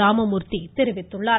ராமமூர்த்தி தெரிவித்துள்ளார்